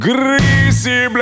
Greasy